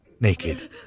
naked